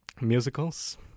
musicals